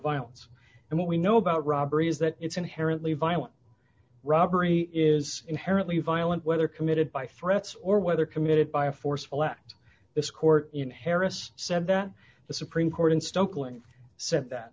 violence and what we know about robbery is that it's inherently violent robbery is inherently violent whether committed by threats or whether committed by a forceful act this court in harris said that the supreme court in stokely said that